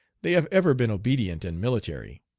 they have ever been obedient and military.